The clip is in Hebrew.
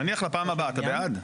נניח לפעם הבאה, אתה בעד?